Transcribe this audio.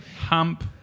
hump